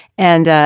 and.